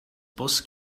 boss